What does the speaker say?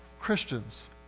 Christians